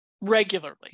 regularly